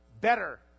better